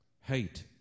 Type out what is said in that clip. hate